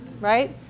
right